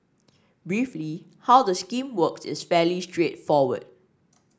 briefly how the scheme works is fairly straightforward